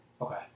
Okay